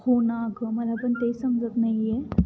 हो ना ग मला पण तेच समजत नाही आहे